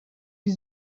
die